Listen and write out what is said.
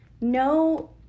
no